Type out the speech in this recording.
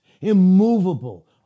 immovable